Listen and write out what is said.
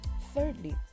thirdly